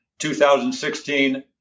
2016